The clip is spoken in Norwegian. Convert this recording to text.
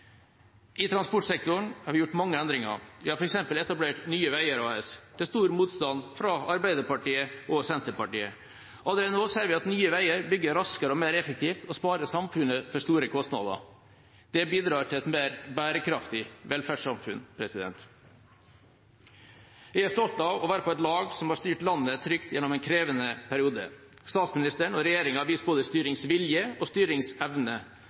I transportsektoren har vi gjort mange endringer. Vi har f.eks. etablert Nye Veier AS. Det er stor motstand fra Arbeiderpartiet og Senterpartiet. Allerede nå ser vi at Nye Veier bygger raskere og mer effektivt og sparer samfunnet for store kostnader. Det bidrar til et mer bærekraftig velferdssamfunn. Jeg er stolt av å være på et lag som har styrt landet trygt gjennom en krevende periode. Statsministeren og regjeringen har vist både styringsvilje og styringsevne.